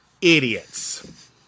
idiots